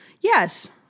yes